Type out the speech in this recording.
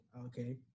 Okay